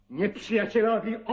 nieprzyjacielowi